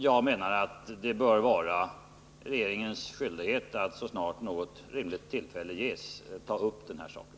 Jag menar att det bör vara regeringens skyldighet att så snart något rimligt tillfälle ges ta upp saken.